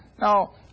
Now